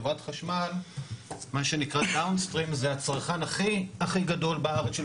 חברת חשמל זה הצרכן הכי גדול בארץ של